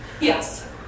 Yes